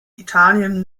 italien